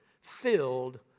filled